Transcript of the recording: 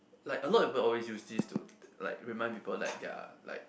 like a lot of people always use this to like remind people that they are like